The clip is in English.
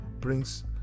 brings